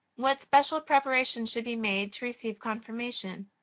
what special preparation should be made to receive confirmation?